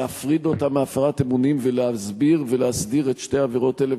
להפריד אותה מהפרת אמונים ולהסביר ולהסדיר את שתי העבירות האלה.